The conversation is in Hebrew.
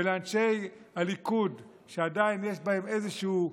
ולאנשי הליכוד שעדיין יש בהם איזשהו